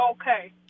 okay